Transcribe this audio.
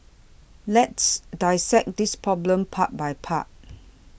let's dissect this problem part by part